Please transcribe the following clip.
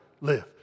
live